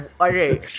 Okay